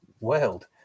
world